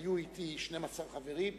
היו אתי 12 חברים,